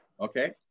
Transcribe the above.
Okay